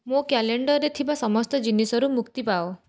ମୋ କ୍ୟାଲେଣ୍ଡର୍ରେ ଥିବା ସମସ୍ତ ଜିନିଷରୁ ମୁକ୍ତି ପାଅ